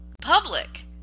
public